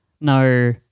no